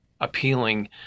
appealing